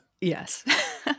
Yes